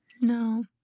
No